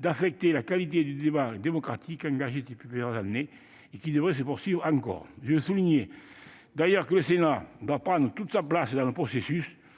d'affecter la qualité du débat démocratique engagé depuis plusieurs années et qui devrait se poursuivre encore. Je veux souligner d'ailleurs que le Sénat doit prendre toute sa place dans le processus.